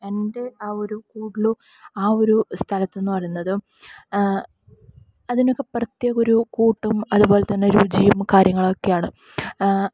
എൻ്റെ ആ ഒരു കൂട്ടിലും ആ ഒരു സ്ഥലത്തെന്നു പറയുന്നതും അതിനൊക്കെ പ്രത്യേക ഒര് കൂട്ടും അതുപോലെ തന്നെ രുചിയും കാര്യങ്ങളൊക്കെയാണ്